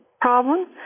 Problem